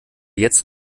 jetzt